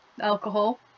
alcohol